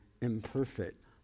imperfect